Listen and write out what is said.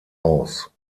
aus